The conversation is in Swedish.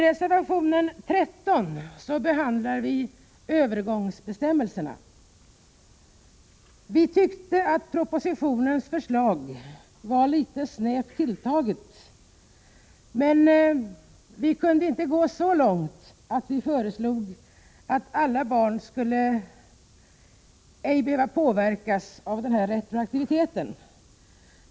Reservation 13 gäller övergångsbestämmelserna. Utskottsmajoriteten tyckte att propositionens förslag var litet snävt tilltaget, men vi kunde inte gå så långt som att föreslå att inga barn skulle behöva påverkas av retroaktiviteten.